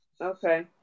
okay